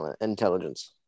intelligence